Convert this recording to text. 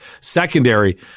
Secondary